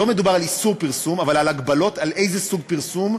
לא מדובר על איסור פרסום אלא על הגבלות על איזה סוג פרסום,